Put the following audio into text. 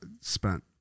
spent